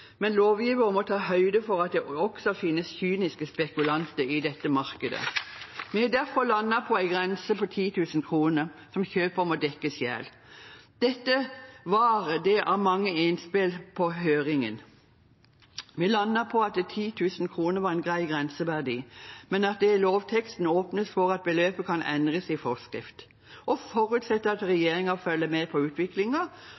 men lovgiver må ta høyde for at det også finnes kyniske spekulanter i dette markedet. Vi har derfor landet på en grense på 10 000 kr, som kjøper må dekke selv. Dette var et av mange innspill i høringen. Vi landet på at 10 000 kr var en grei grenseverdi, men at det i lovteksten åpnes for at beløpet kan endres i forskrift, og forutsetter at